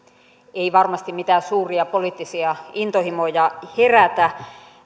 ei varmasti mitään suuria poliittisia intohimoja herätä